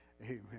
Amen